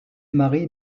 mari